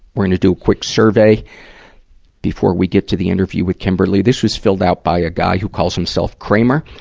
we're gonna do a quick survey before we get to the interview with kimberly. this is filled out by a guy who calls himself kramer.